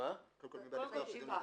הדיון מחדש.